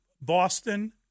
Boston